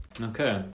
Okay